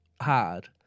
hard